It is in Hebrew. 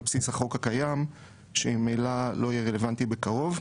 בסיס החוק הקיים שממילא לא יהיה רלוונטי בקרוב.